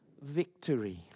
victory